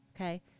okay